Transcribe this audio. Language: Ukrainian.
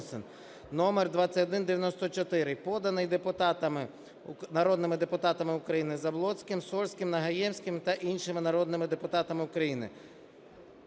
поданий депутатами, народними депутатами України Заблоцьким, Сольським, Нагаєвським та іншими народними депутатами України.